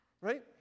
right